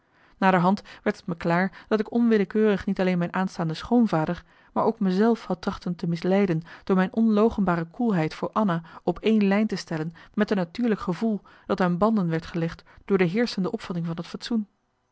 naderhand werd t me klaar dat ik onwillekeurig niet alleen mijn aanstaande schoonvader maar ook me zelf had trachten te misleiden door mijn onloochenbare koelheid voor anna op één lijn te stellen met marcellus emants een nagelaten bekentenis een natuurlijk gevoel dat aan banden werd gelegd door de heerschende opvatting van het fatsoen